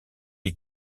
est